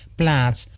plaats